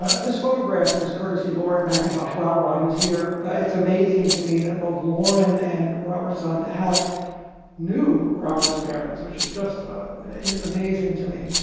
this photograph is courtesy lauren mcintosh walrod, who's here. it's amazing to me that both lauren and robert's son alex knew robert's parents, which is just ah amazing to me.